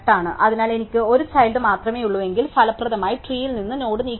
അതിനാൽ എനിക്ക് ഒരു ചൈൽഡ് മാത്രമേയുള്ളൂ എങ്കിൽ ഫലപ്രദമായി ട്രീയിൽ നിന്ന് നോഡ് നീക്കം ചെയ്യുക